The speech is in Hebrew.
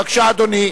בבקשה, אדוני.